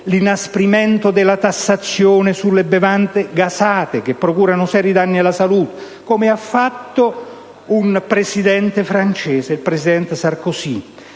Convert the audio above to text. l'inasprimento della tassazione sulle bevande gassate, che procurano seri danni alla salute, come ha fatto il presidente francese Sarkozy.